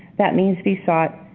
that means be sought,